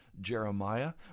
jeremiah